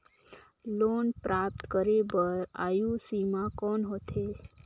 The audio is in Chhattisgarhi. लोन प्राप्त करे बर आयु सीमा कौन होथे?